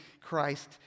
Christ